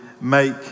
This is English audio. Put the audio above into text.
make